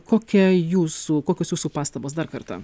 kokie jūsų kokios jūsų pastabos dar kartą